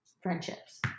friendships